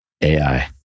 AI